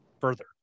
further